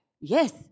Yes